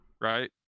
right